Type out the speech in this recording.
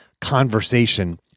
conversation